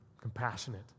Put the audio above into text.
compassionate